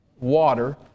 water